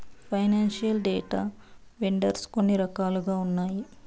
financial data vendors కొన్ని రకాలుగా ఉన్నాయి